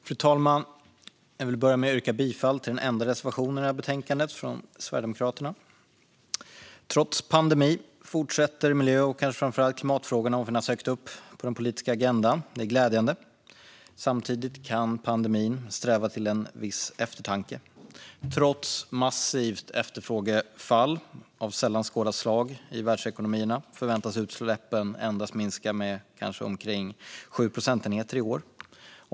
Fru talman! Jag vill börja med att yrka bifall till den enda reservationen i det här betänkandet, och den är från Sverigedemokraterna. Trots pandemin fortsätter miljö och kanske framför allt klimatfrågorna att finnas högt upp på den politiska agendan. Det är glädjande. Samtidigt kan pandemin mana till viss eftertanke. Trots massivt efterfrågefall av sällan skådat slag i världsekonomierna förväntas utsläppen endast minska med omkring 7 procentenheter i år.